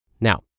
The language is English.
Now